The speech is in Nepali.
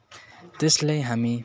त्यसलाई हामी